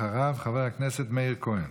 אחריו, חבר הכנסת מאיר כהן.